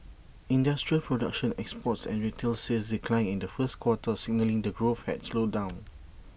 industrial production exports and retail sales declined in the first quarter signalling that growth had slowed down